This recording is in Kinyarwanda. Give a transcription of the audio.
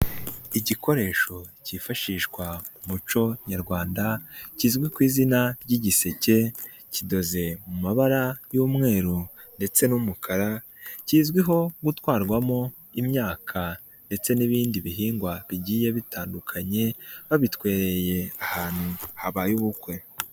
Igikoresho cyifashishwa mu muco nyarwanda kizwi ku izina ry'igiseke, kidoze mu mabara y'umweru ndetse n'umukara, kizwiho gutwarwamo imyaka ndetse n'ibindi bihingwa bigiye bitandukanye babitwereye ahantu habaye ubukwe.